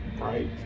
right